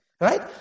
Right